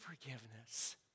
forgiveness